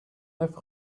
neuf